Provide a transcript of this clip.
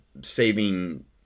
saving